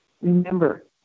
remember